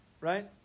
right